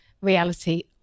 reality